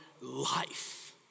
life